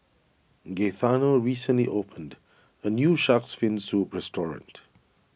Gaetano recently opened a new Shark's Fin Soup restaurant